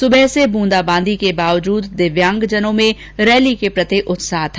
सुबह से बूंदाबांदी के बावजूद दिव्यांगजनों में रैली के प्रति उत्साह था